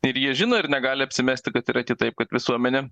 ir jie žino ir negali apsimesti kad yra kitaip kad visuomenė